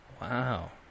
Wow